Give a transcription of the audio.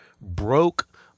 broke